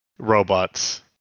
robots